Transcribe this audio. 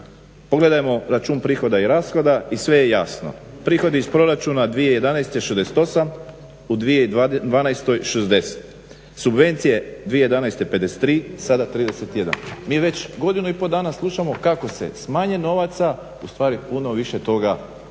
Pogledajmo račun prihoda i rashoda i sve je jasno. Prihodi iz proračuna 2011. 68, u 2012. 60, subvencije 2011. 53, sada 31. Mi već godinu i pol dana slušamo kako se s manje novaca ustvari puno više toga